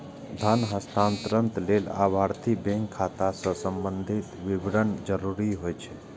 धन हस्तांतरण लेल लाभार्थीक बैंक खाता सं संबंधी विवरण जरूरी होइ छै